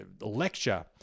lecture